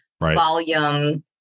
volume